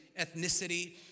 ethnicity